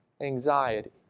anxiety